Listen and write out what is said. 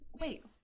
Wait